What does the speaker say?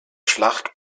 schlacht